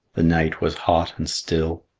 the night was hot and still,